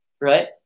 right